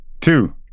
two